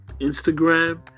Instagram